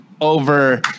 Over